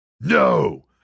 No